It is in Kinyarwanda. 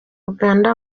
uganda